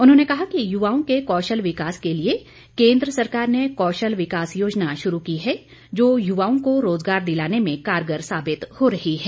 उन्होंने कहा कि युवाओं के कौशल विकास के लिए केंद्र सरकार ने कौशल विकास योजना शुरू की है जो युवाओं को रोजगार दिलाने में कारगर साबित हो रही है